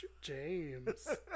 james